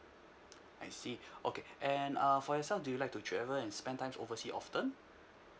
I see okay and err for yourself do you like to travel and spend time oversea often